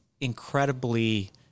incredibly